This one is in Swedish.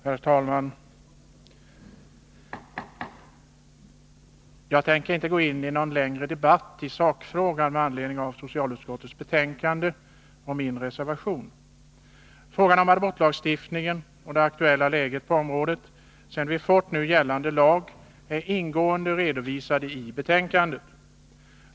Herr talman! Jag tänker inte gå in i någon längre debatt i sakfrågan med anledning av socialutskottets betänkande och min reservation. Frågan om abortlagstiftningen och det aktuella läget på området sedan vi fått nu gällande lag är ingående redovisade i betänkandet.